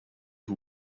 who